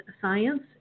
science